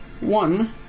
one